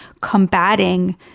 combating